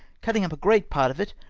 cutting up a great part of it,